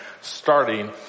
starting